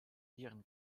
nieren